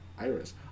Iris